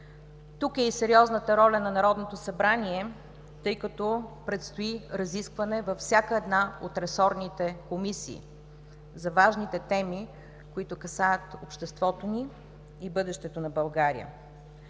Тук е и сериозната роля на Народното събрание, тъй като предстои разискване във всяка една от ресорните комисии за важните теми, които касаят обществото ни и бъдещето на България.